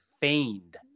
Feigned